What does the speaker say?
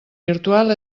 virtual